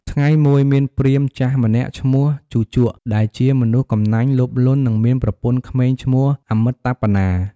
ថ្ងៃមួយ មានព្រាហ្មណ៍ចាស់ម្នាក់ឈ្មោះ ជូជក ដែលជាមនុស្សកំណាញ់ លោភលន់ និងមានប្រពន្ធក្មេងឈ្មោះ អមិត្តតាបនា។